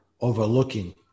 overlooking